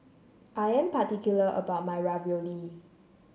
I am particular about my Ravioli